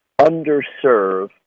underserve